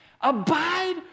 Abide